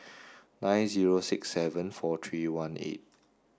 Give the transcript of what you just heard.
nine zero six seven four three one eight